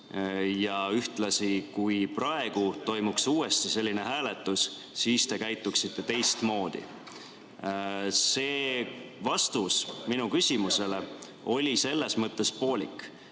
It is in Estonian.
et kui praegu toimuks uuesti selline hääletus, siis te käituksite teistmoodi. See vastus minu küsimusele oli selles mõttes poolik,